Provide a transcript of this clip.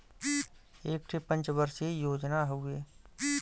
एक ठे पंच वर्षीय योजना हउवे